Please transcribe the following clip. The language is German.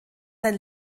sein